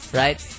right